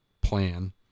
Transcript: plan